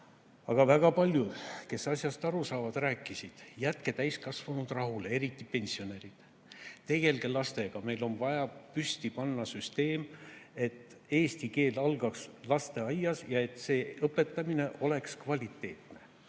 aga väga paljud, kes asjast aru saavad, rääkisid: jätke täiskasvanud rahule, eriti pensionärid. Tegelge lastega, meil on vaja püsti panna süsteem, et eesti keel algaks lasteaias ja et see õpetamine oleks kvaliteetne.